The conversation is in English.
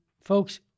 folks